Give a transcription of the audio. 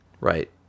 Right